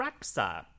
Rexa